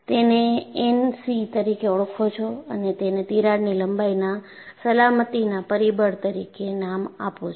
તેને N C તરીકે ઓળખો છો અને તેને તિરાડની લંબાઈના સલામતીના પરિબળ તરીકે નામ આપો છો